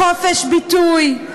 חופש ביטוי,